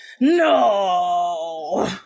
no